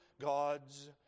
God's